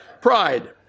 Pride